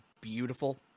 beautiful